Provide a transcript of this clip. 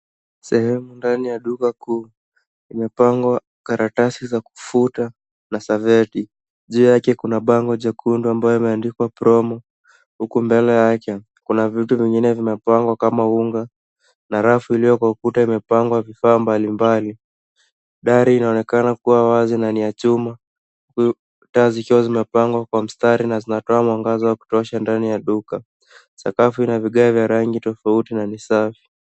Sehemu ndani ya duka kuu imepangwa karatasi za kufuta na saveti. Juu yake kuna bango jekundu ambayo imeandikwa promo huku mbele yake kuna vitu vingine vimepangwa kama unga na rafu iliyo kwa ukuta imepangwa vifaa mbalimbali. Dari inaonekana kuwa wazi na ni ya chuma taa zikiwa zimepangwa kwa mstari na zinatoa mwangaza wa kutosha ndani ya duka. Sakafu ina vigae vya rangi tofauti na ni safi.